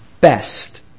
best